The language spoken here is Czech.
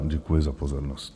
Děkuji za pozornost.